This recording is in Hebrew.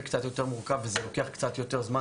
קצת יותר מורכב וזה לוקח קצת יותר זמן,